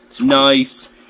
Nice